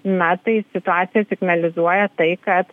na tai situacija signalizuoja tai kad